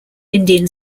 indian